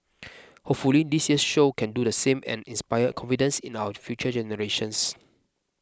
hopefully this year's show can do the same and inspire confidence in our future generations